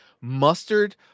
Mustard